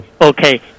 Okay